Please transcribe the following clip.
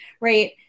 right